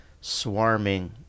swarming